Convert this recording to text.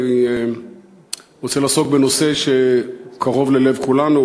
אני רוצה לעסוק בנושא שקרוב ללב כולנו,